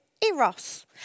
eros